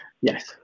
Yes